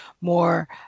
more